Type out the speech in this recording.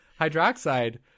hydroxide